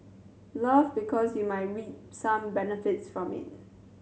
love because you might reap some benefits from it